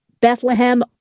bethlehem